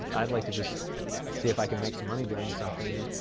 i'd like to just see if i can make some money doing something.